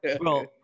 bro